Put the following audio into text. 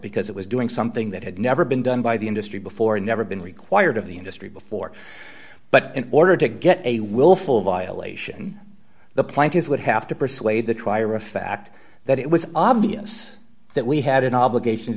because it was doing something that had never been done by the industry before and never been required of the industry before but in order to get a willful violation the plaintiffs would have to persuade the trier of fact that it was obvious that we had an obligation to